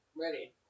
Ready